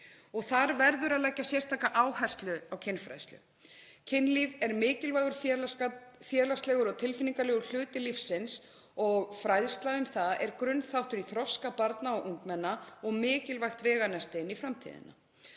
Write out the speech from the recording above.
Þar verður að leggja sérstaka áherslu á kynfræðslu. Kynlíf er mikilvægur félagslegur og tilfinningalegur hluti lífsins og fræðsla um það er grunnþáttur í þroska barna og ungmenna og mikilvægt veganesti inn í framtíðina.